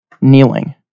kneeling